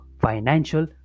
financial